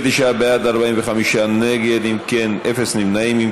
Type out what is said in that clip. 39 בעד, 45 נגד, אפס נמנעים.